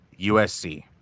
USC